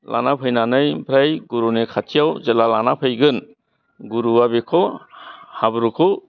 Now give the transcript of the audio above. लाना फैनानै आमफ्राय गुरुनि खाथियाव जेला लाना फैगोन गुरुआ बेखौ हा हाब्रुखौ